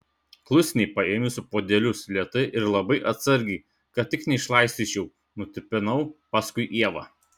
klusniai paėmusi puodelius lėtai ir labai atsargiai kad tik neišlaistyčiau nutipenau paskui ievą